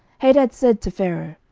hadad said to pharaoh,